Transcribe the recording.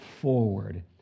forward